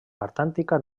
antàrtica